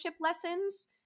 lessons